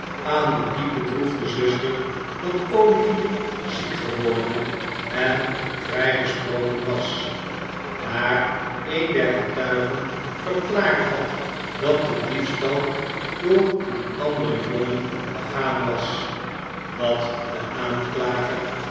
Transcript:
aan de diep bedroefde zuster dat olivier ziek geworden en vrijgesproken was daar een der getuigen verklaard had dat de diefstal door een anderen j jongen begaan was dat de aanklager